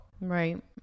Right